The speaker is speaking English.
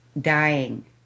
dying